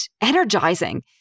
energizing